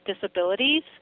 disabilities